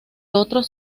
otros